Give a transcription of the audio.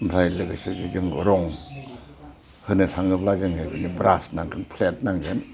ओमफ्राय लोगोसे जों रं होनो थाङोब्ला जोङो ब्रास नांगोन फ्लेद नांगोन